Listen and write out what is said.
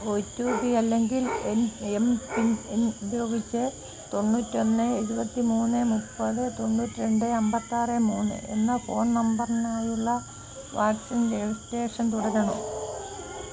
O T P അല്ലെങ്കിൽ M PIN എന് ഉപയോഗിച്ച് തൊണ്ണൂറ്റൊന്ന് എഴുപത്തി മൂന്ന് മുപ്പത് തൊണ്ണൂറ്റി രണ്ട് അമ്പത്താറ് മൂന്ന് എന്ന ഫോൺ നമ്പറിനായുള്ള വാക്സിൻ രജിസ്ട്രേഷൻ തുടരണോ